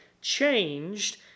changed